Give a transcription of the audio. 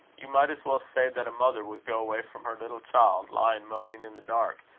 you might as well say that a mother would go away from her little child, lying moaning in the dark,